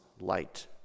light